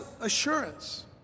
assurance